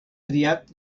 triat